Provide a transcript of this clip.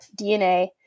DNA